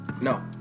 no